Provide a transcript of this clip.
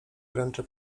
wręczę